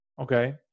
Okay